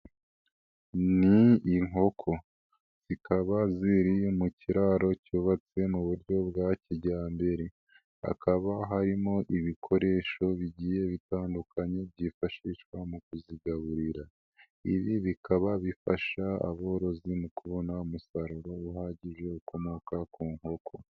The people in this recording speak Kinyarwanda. Ni inkoko. Zikaba ziri mu kiraro cyubatse mu buryo bwa kijyambere, hakaba harimo ibikoresho bigiye bitandukanye, byifashishwa mu kuzigaburira. Ibi bikaba bifasha aborozi mu kubona umusaruro uhagije, ukomoka ku nkoko.